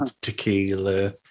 tequila